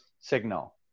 signal